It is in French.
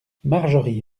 marjorie